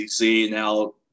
Now